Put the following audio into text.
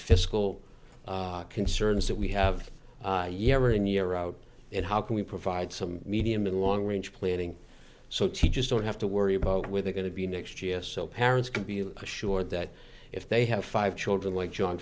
fiscal concerns that we have year in year out and how can we provide some medium in long range planning sochi just don't have to worry about where they're going to be next year so parents can be assured that if they have five children like john